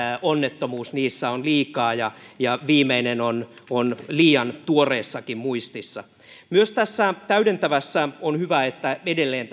onnettomuus niissä on liikaa ja ja viimeinen on on liiankin tuoreessa muistissa myös tässä täydentävässä on hyvä että edelleen